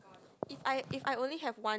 if I if I only have one